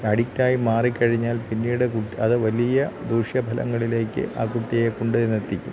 addict ആയി മാറിക്കഴിഞ്ഞാൽ പിന്നീട് അത് വലിയ ദൂഷ്യഫലങ്ങളിലേക്ക് ആ കുട്ടിയെ കൊണ്ടുചെന്നെത്തിക്കും